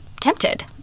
tempted